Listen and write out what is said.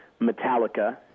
Metallica